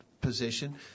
position